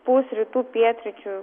pūs rytų pietryčių